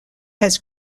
has